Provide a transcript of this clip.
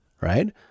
right